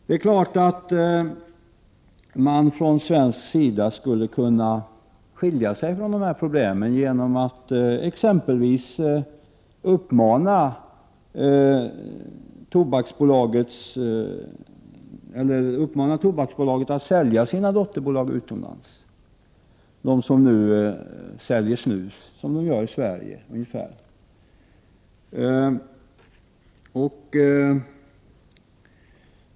Det är klart att man från svensk sida skulle kunna skilja sig från de här problemen genom att exempelvis uppmana Tobaksbolaget att sälja sina dotterbolag utomlands, de som säljer snus som Tobaksbolaget gör i Sverige ungefär.